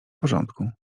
porządku